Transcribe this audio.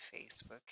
Facebook